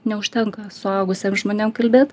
neužtenka suaugusiem žmonėm kalbėt